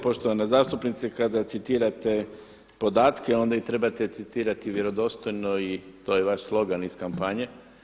Poštovani zastupnici kada citirate podatke onda ih trebate citirati vjerodostojno i to je vaš slogan iz kampanje.